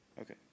Okay